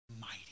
mighty